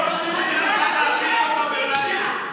באופוזיציה.